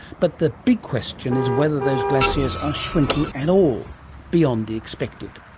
but the big question is whether those glaciers are shrinking at all beyond the expected.